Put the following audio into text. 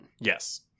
Yes